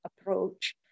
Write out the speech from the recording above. approach